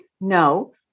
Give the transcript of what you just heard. No